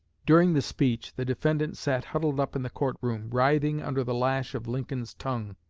during the speech the defendant sat huddled up in the court-room, writhing under the lash of lincoln's tongue.